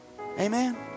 Amen